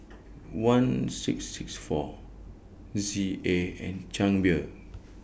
one six six four Z A and Chang Beer